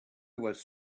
was